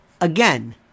Again